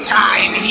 time